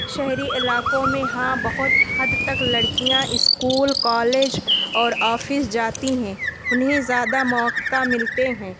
شہری علاقوں میں ہاں بہت حد تک لڑکیاں اسکول کالج اور آفس جاتی ہیں انہیں زیادہ موقع ملتے ہیں